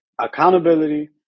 accountability